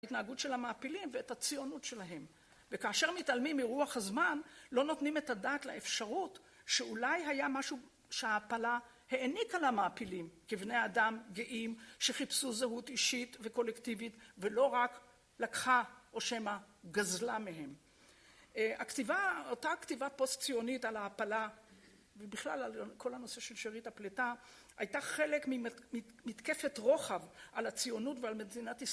ההתנהגות של המעפילים ואת הציונות שלהם וכאשר מתעלמים מרוח הזמן לא נותנים את הדעת לאפשרות שאולי היה משהו שההעפלה העניקה למעפילים כבני אדם גאים שחיפשו זהות אישית וקולקטיבית ולא רק לקחה או שמא גזלה מהם. הכתיבה אותה כתיבה פוסט ציונית על ההעפלה ובכלל על כל הנושא של שארית הפלטה הייתה חלק ממתקפת רוחב על הציונות ועל מדינת ישראל.